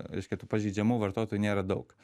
reiškia tų pažeidžiamų vartotojų nėra daug